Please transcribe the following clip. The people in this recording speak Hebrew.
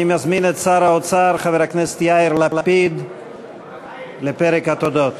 אני מזמין את שר האוצר חבר הכנסת יאיר לפיד לפרק התודות.